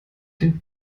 den